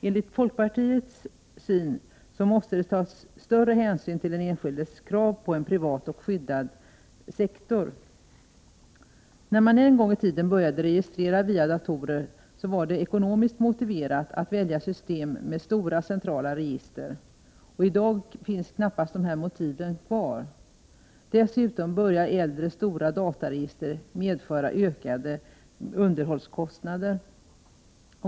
Enligt folkpartiet måste det tas större hänsyn till 26 april 1989 den enskildes krav på en privat och skyddad sektor. När man en gång i tiden började registrera via datorer var det ekonomiskt Datafrågor motiverat att välja system med stora centrala register. I dag finns knappast dessa motiv kvar. Dessutom börjar äldre stora dataregister medföra ökade underhållskostnader.